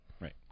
Right